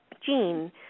gene